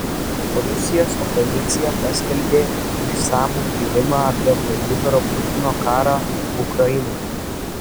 rusijos opozicija paskelbė išsamų tyrimą apie vladimiro putino karą ukrainoje